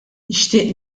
nixtieq